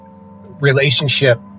Relationship